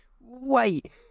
Wait